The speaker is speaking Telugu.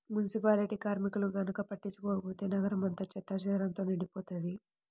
మునిసిపాలిటీ కార్మికులు గనక పట్టించుకోకపోతే నగరం అంతా చెత్తాచెదారంతో నిండిపోతది